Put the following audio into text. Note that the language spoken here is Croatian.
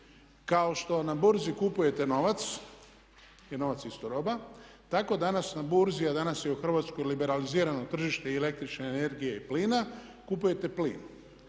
kao što na burzi kupujete novac jer novac je isto roba tako danas na burzi, a danas je u Hrvatskoj liberalizirano tržište i električne energije i plina, kupujete plin.